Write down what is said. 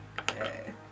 Okay